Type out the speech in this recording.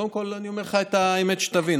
קודם כול אני אומר לך את האמת, שתבין.